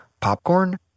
Popcorn